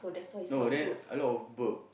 no then a lot of burp